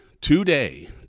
today